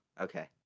Okay